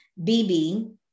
bb